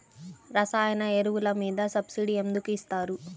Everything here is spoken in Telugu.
రసాయన ఎరువులు మీద సబ్సిడీ ఎందుకు ఇస్తారు?